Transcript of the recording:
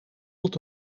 tot